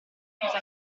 chiuse